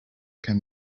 can